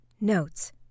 Notes